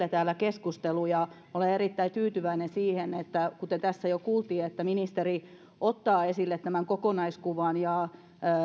eilen täällä keskustelu ja olen erittäin tyytyväinen siihen kuten tässä jo kuultiin että ministeri ottaa esille tämän kokonaiskuvan ja